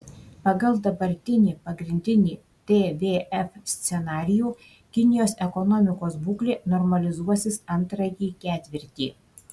pagal dabartinį pagrindinį tvf scenarijų kinijos ekonomikos būklė normalizuosis antrąjį ketvirtį